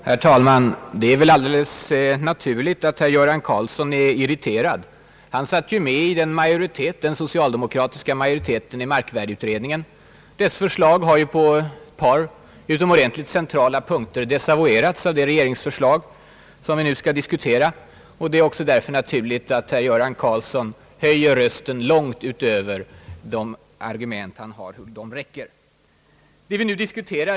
Herr talman! Det är alldeles naturligt att herr Göran Karlsson är irriterad. Han satt ju med i den socialdemokratiska majoriteten i markvärdeutredningen. Dess förslag har på ett par utomordentligt centrala punkter desavouerats av det regeringsförslag som vi nu behandlar. Det är också därför naturligt att herr Göran Karlsson höjer rösten långt utöver vad som motiveras av de argument han har.